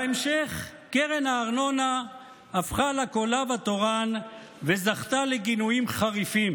בהמשך קרן הארנונה הפכה לקולב התורן וזכתה לגינויים חריפים,